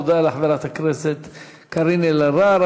תודה לחברת הכנסת קארין אלהרר.